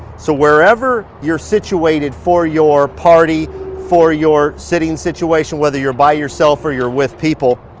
so wherever you're situated for your party, for your sitting situation, whether you're by yourself or you're with people,